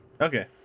Okay